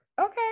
Okay